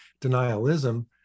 denialism